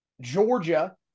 Georgia